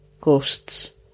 ghosts